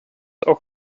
auch